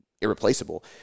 irreplaceable